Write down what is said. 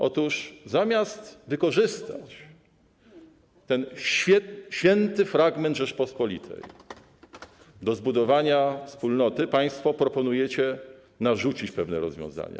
Otóż zamiast wykorzystać ten święty fragment Rzeczypospolitej do zbudowania wspólnoty, państwo proponujecie narzucić pewne rozwiązania.